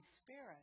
spirit